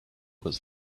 was